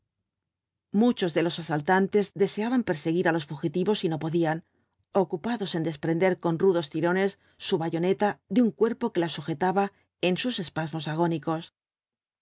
machos de los asaltantes deseaban perseguir á los fugitivos y no podían ocupados en desprender con rudos tirones su bayoneta de un cuerpo que la sujetaba en sus espasmos agónicos